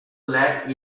lab